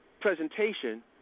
presentation